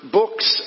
books